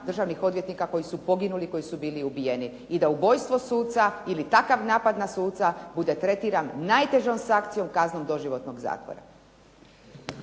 državnih odvjetnika koji su poginuli, koji su bili ubijeni. I da ubojstvo suca ili takav napad na suca bude tretiran najtežom sankcijom, kaznom doživotnog zatvora.